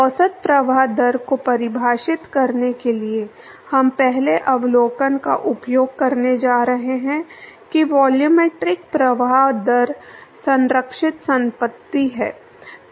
औसत प्रवाह दर को परिभाषित करने के लिए हम पहले अवलोकन का उपयोग करने जा रहे हैं कि वॉल्यूमेट्रिक प्रवाह दर संरक्षित संपत्ति है